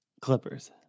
Clippers